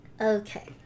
Okay